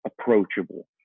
approachable